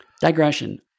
Digression